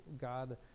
God